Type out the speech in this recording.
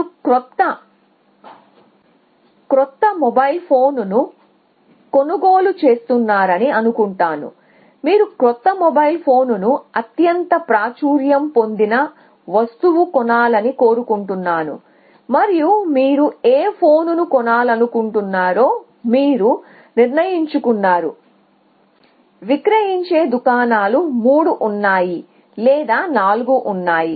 మీరు క్రొత్త మొబైల్ ఫోన్ను కొనుగోలు చేస్తున్నారని అనుకుంటాను మీరు క్రొత్త మొబైల్ ఫోన్ను అత్యంత ప్రాచుర్యం పొందిన వస్తువు కొనాలని కోరుకుంటున్నాను మరియు మీరు ఏ ఫోన్ను కొనాలను కుంటున్నారో మీరు నిర్ణయించుకున్నారు విక్రయించే దుకాణాలు మూడు ఉన్నాయి లేదా నాలుగు ఉన్నాయి